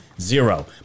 Zero